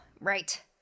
right